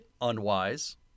Unwise